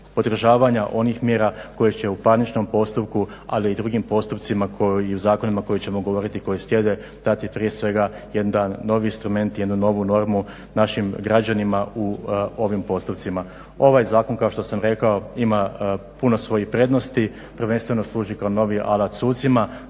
podržavanja onih mjera koje će u parničnom postupku ali i u drugim postupcima i zakonima o kojima ćemo govoriti koji slijede dati prije svega jedan novi instrument jednu novu normu našim građanima u ovim postupcima. Ovaj zakon kao što sam rekao ima puno svojih prednosti, prvenstveno služi kao novi alat sucima,